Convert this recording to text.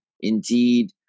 Indeed